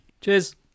Cheers